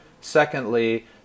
secondly